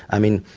i mean,